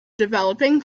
developing